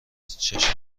چشام